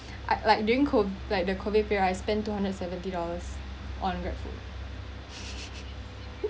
I like doing co~ like the COVID period I spent two hundred seventy dollars on Grab food